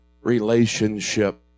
relationship